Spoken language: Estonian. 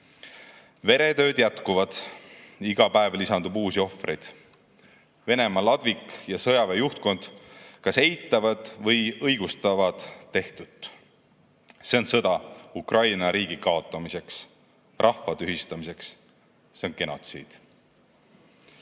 Veretööd jätkuvad, iga päev lisandub uusi ohvreid. Venemaa ladvik ja sõjaväe juhtkond kas eitavad või õigustavad tehtut. See on sõda Ukraina riigi kaotamiseks, rahva tühistamiseks. See on genotsiid.